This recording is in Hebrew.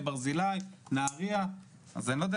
גברתי היושבת ראש, אני רק מבקש אם את